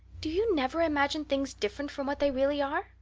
do you never imagine things different from what they really are?